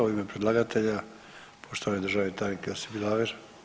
U ime predlagatelja poštovani državni tajnik Josip Bilaver.